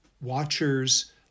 watchers